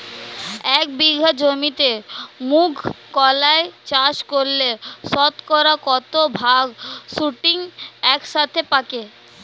এক বিঘা জমিতে মুঘ কলাই চাষ করলে শতকরা কত ভাগ শুটিং একসাথে পাকে?